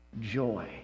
joy